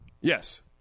Yes